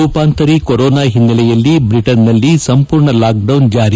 ರೂಪಾಂತರಿ corona ಹಿನ್ನೆಲೆಯಲ್ಲಿ ಬ್ರಿಟನ್ನಲ್ಲಿ ಸಂಪೂರ್ಣ ಲಾಕ್ಡೌನ್ ಜಾರಿ